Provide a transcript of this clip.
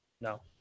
No